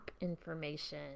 information